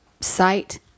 site